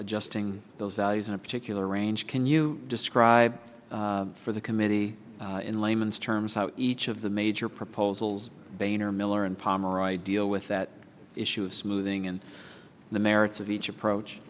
adjusting those values in a particular range can you describe for the committee in layman's terms how each of the major proposals boehner miller and palmer i deal with that issue of smoothing and the merits of each approach